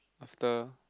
after